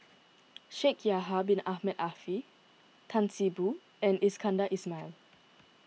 Shaikh Yahya Bin Ahmed Afifi Tan See Boo and Iskandar Ismail